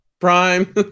Prime